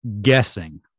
guessing